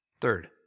Third